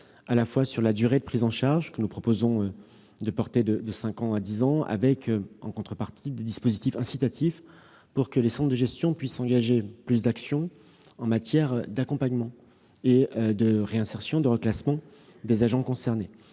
précisions sur la durée de prise en charge, que nous proposons de porter de cinq ans à dix ans. En contrepartie, nous prévoyons des mesures incitatives pour que les centres de gestion puissent engager plus d'actions en matière d'accompagnement, de réinsertion et de reclassement des agents concernés.